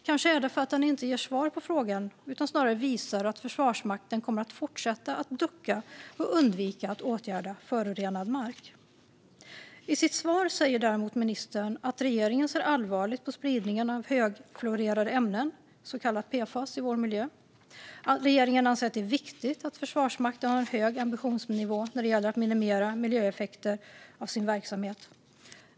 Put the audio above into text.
Kanske är det för att han inte ger svar på frågan utan snarare visar att Försvarsmakten kommer att fortsätta att ducka och undvika att åtgärda förorenad mark. I sitt svar säger ministern däremot att regeringen ser allvarligt på spridningen av högfluorerade ämnen, så kallade PFAS, i vår miljö. Regeringen anser att det är viktigt att Försvarsmakten har en hög ambitionsnivå när det gäller att minimera miljöeffekterna av sin verksamhet.